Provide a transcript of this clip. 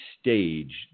stage